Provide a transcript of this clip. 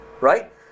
Right